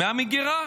מהמגירה.